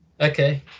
okay